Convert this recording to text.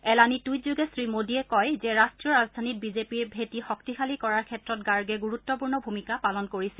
এলানি টুইট যোগে শ্ৰীমোডীয়ে কয় যে ৰাষ্ট্ৰীয় ৰাজধানীত বিজেপিৰ ভেটি শক্তিশালী কৰাৰ ক্ষেত্ৰত গাৰ্গে গুৰুত্বপূৰ্ণ ভূমিকা পালন কৰিছিল